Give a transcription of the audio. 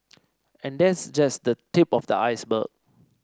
and that's just the tip of the iceberg